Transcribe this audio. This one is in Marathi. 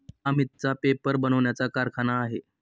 अमितचा पेपर बनवण्याचा कारखाना आहे